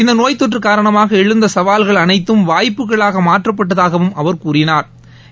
இந்த நோய்த்தொற்று காரணமாக எழுந்த சவால்கள் அனைத்தும் வாய்ப்புகளாக மாற்றப்பட்டதாகவும் அவர் கூறினா்